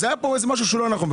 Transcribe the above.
אז היה פה משהו לא נכון.